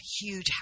huge